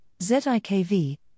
ZIKV